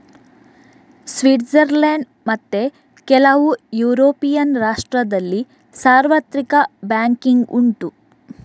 Switzerland ಮತ್ತೆ ಕೆಲವು European ರಾಷ್ಟ್ರದಲ್ಲಿ ಸಾರ್ವತ್ರಿಕ ಬ್ಯಾಂಕಿಂಗ್ ಉಂಟು